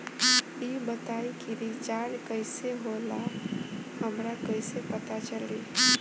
ई बताई कि रिचार्ज कइसे होला हमरा कइसे पता चली?